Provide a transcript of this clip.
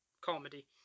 comedy